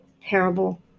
parable